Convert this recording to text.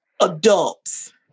adults